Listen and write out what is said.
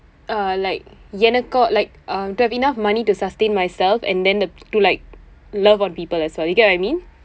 err like எனக்கு:enakku uh to have enough money to sustain myself and then the to like love on people as well you get I mean